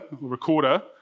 recorder